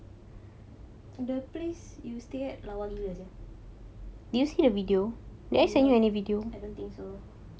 the place you stay at lawn rasa tu ya nope I don't think so